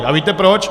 A víte proč?